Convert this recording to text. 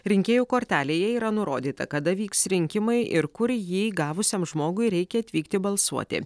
rinkėjų kortelėje yra nurodyta kada vyks rinkimai ir kur jį gavusiam žmogui reikia atvykti balsuoti